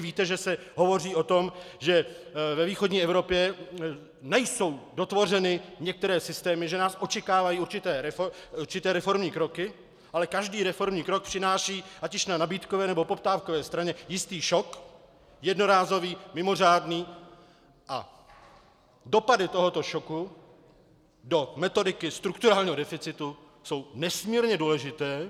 Víte, že se hovoří o tom, že ve východní Evropě nejsou dotvořeny některé systémy, že nás očekávají určité reformní kroky, ale každý reformní krok přináší ať již na nabídkové, nebo poptávkové straně jistý šok, jednorázový, mimořádný, a dopady tohoto šoku do metodiky strukturálního deficitu jsou nesmírně důležité.